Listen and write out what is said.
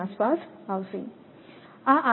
ની આસપાસ આવશે